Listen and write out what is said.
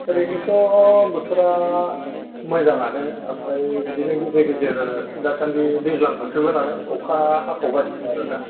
ओरैनोथ' बोथोरआ मोजाङानो आमफ्राय बिदिनो गेजेर गेजेर दासान्दि दैज्लां बोथोरबो नालाय अखा हाखावगासिनो आरो ना